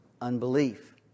unbelief